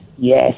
Yes